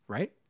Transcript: Right